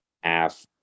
half